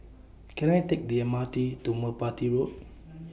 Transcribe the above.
Can I Take The M R T to Merpati Road